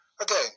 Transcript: Again